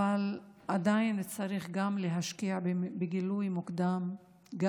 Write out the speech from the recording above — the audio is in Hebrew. אבל עדיין צריך להשקיע גם בגילוי מוקדם של